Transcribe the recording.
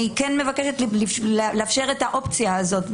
אני מבקשת לאפשר את האופציה הזאת.